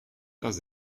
das